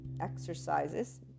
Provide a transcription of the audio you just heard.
exercises